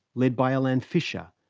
led by alain fischer,